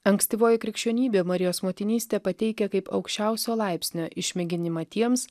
ankstyvoji krikščionybė marijos motinystę pateikia kaip aukščiausio laipsnio išmėginimą tiems